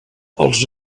els